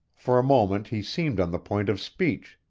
for a moment he seemed on the point of speech,